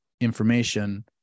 information